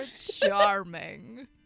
charming